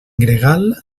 gregal